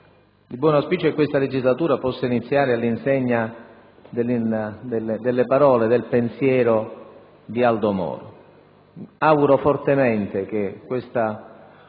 di buon auspicio affinché questa legislatura possa iniziare all'insegna delle parole e del pensiero di Aldo Moro.